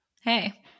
hey